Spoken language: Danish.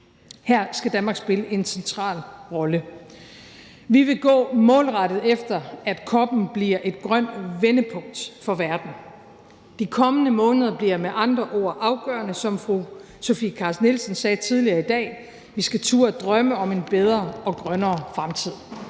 Her skal Danmark spille en central rolle. Vi vil gå målrettet efter, at COP'en bliver et grønt vendepunkt for verden. De kommende måneder bliver med andre ord afgørende. Som fru Sofie Carsten Nielsen sagde tidligere i dag: Vi skal turde drømme om en bedre og grønnere fremtid.